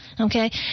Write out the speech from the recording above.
Okay